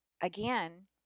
again